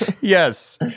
Yes